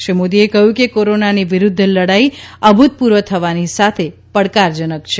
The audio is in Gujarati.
શ્રી મોદીએ કહ્યું કે કોરોનાની વિરુધ્ધ લડાઇ અભૂતપૂર્વ થવાની સાથે પડકારજનક છે